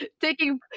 taking